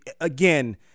again